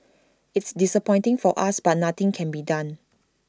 it's disappointing for us but nothing can be done